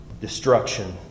Destruction